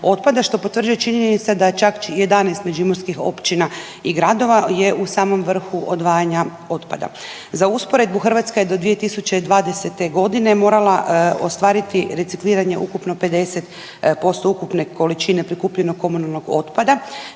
što potvrđuje činjenica da čak 11 međimurskih općina i gradova je u samom vrhu odvajanja otpada. Za usporedbu Hrvatska je do 2020. godine morala ostvariti recikliranje ukupno 50% ukupne količine prikupljenog komunalnog otpada.